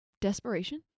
Desperation